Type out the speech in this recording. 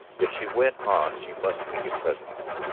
if she went on she must meet him presently.